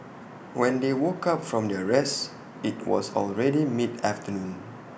when they woke up from their rest IT was already mid afternoon